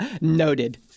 Noted